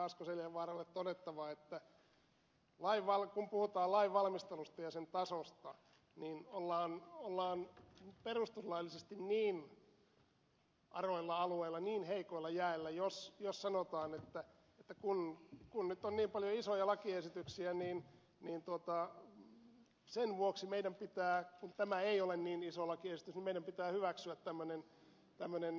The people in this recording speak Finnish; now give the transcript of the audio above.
asko seljavaaralle todettava että kun puhutaan lainvalmistelusta ja sen tasosta niin ollaan perustuslaillisesti aroilla alueilla heikoilla jäillä jos sanotaan että kun nyt on niin paljon isoja lakiesityksiä niin sen vuoksi meidän pitää kun tämä ei ole niin iso lakiesitys hyväksyä tämmöinen huono lakiesitys